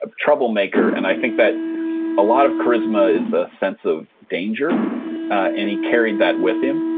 ah troublemaker and i think that a lot of charisma is a sense of danger and he carried that with him.